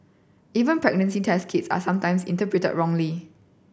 even pregnancy test kits are sometimes interpreted wrongly